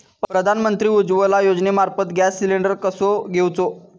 प्रधानमंत्री उज्वला योजनेमार्फत gas cylinder कसो घेऊचो?